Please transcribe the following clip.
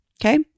Okay